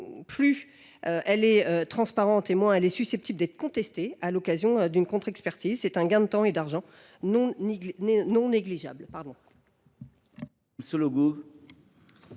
initiale est transparente, moins elle est susceptible d’être contestée à l’occasion d’une contre expertise : le gain de temps et d’argent n’est pas négligeable.